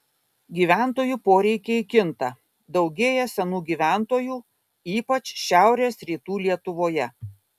gyventojų poreikiai kinta daugėja senų gyventojų ypač šiaurės rytų lietuvoje